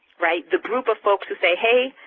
right, the group of folks who say hey,